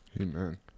Amen